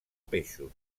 peixos